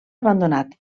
abandonat